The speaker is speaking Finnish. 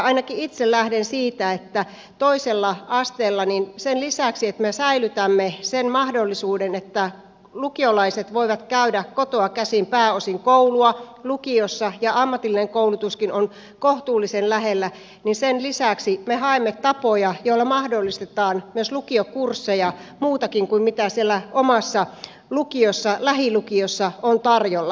ainakin itse lähden siitä että toisella asteella sen lisäksi että me säilytämme sen mahdollisuuden että lukiolaiset voivat käydä pääosin kotoa käsin koulua lukiossa ja ammatillinenkin koulutus on kohtuullisen lähellä me haemme tapoja joilla mahdollistetaan myös lukiokursseja muutakin kuin mitä siellä omassa lukiossa lähilukiossa on tarjolla